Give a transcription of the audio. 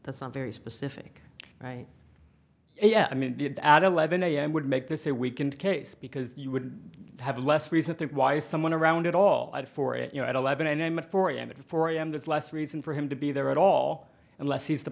that's not very specific right yeah i mean did add eleven am would make this a weekend case because you would have less reason to think why someone around at all for it you know at eleven am at four am at four am that's less reason for him to be there at all unless he's the